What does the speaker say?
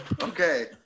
Okay